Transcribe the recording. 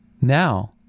now